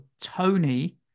Tony